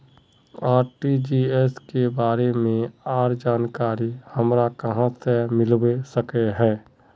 RTGS के बारे में आर जानकारी हमरा कहाँ से मिलबे सके है?